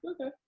Okay